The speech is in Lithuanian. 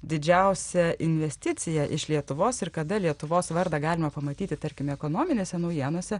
didžiausią investiciją iš lietuvos ir kada lietuvos vardą galima pamatyti tarkime ekonominėse naujienose